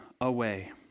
away